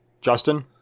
Justin